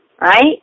right